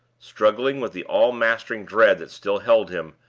struggling with the all-mastering dread that still held him,